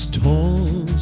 tall